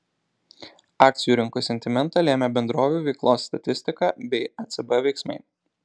akcijų rinkų sentimentą lėmė bendrovių veiklos statistika bei ecb veiksmai